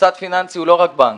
מוסד פיננסי הוא לא רק בנק,